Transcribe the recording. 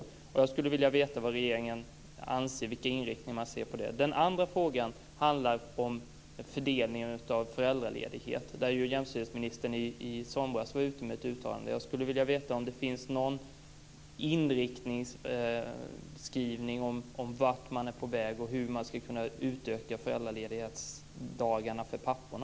Jag skulle vilja veta vad regeringen anser om det och vilken inriktning man har när det gäller den frågan. Den andra frågan handlar om fördelningen av föräldraledighet. Där var jämställdhetsministern ute med ett uttalande i somras. Jag skulle vilja veta om det finns någon inriktningsskrivning om vart man är på väg och om hur man ska kunna utöka föräldraledighetsdagarna för papporna.